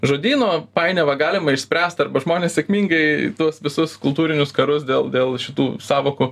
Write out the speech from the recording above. žodyno painiavą galima išspręst arba žmonės sėkmingai tuos visus kultūrinius karus dėl dėl šitų sąvokų